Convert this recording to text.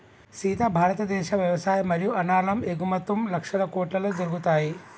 సీత భారతదేశ వ్యవసాయ మరియు అనాలం ఎగుమతుం లక్షల కోట్లలో జరుగుతాయి